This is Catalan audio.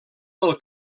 del